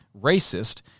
racist